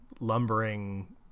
lumbering